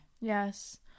yes